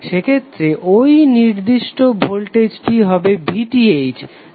সেক্ষেত্রে ঐ নির্দিষ্ট ভোল্টেজটি হবে VTh